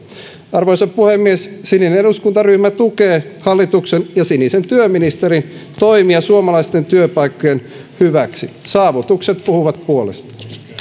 arvoisa puhemies sininen eduskuntaryhmä tukee hallituksen ja sinisen työministerin toimia suomalaisten työpaikkojen hyväksi saavutukset puhuvat puolestaan